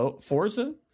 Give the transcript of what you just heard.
Forza